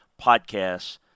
podcasts